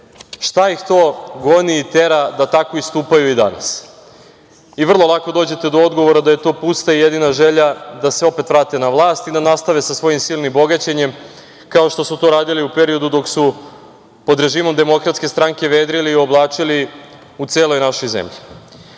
šta ih to goni i tera da tako istupaju i danas i vrlo lako dođete do odgovora da je to pusta i jedina želja da se opet vrate na vlast i da nastave sa svojim silnim bogaćenjem kao što su to radili u periodu dok su pod režimom DS vedrili i oblačili u celoj našoj